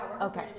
Okay